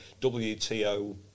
WTO